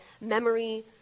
memory